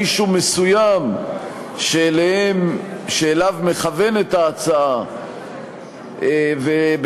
מישהו מסוים שאליו מכוונת ההצעה ובפנינו